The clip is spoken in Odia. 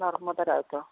ନର୍ମଦା ରାଉତ